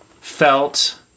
felt